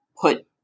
put